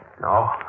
No